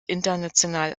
international